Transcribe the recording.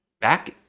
Back